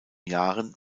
jahren